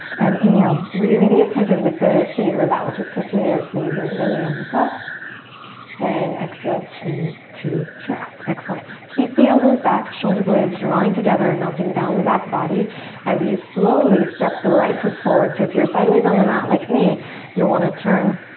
and inhale really be attentive with the feet or that which is touching the earth for you here india luca and exhale chin to chest excellent. keep the elbows back shoulder blades drawing together and melting melting down the back body as you slowly step the right foot forward so if you're sideways on the mat like me you'll want to turn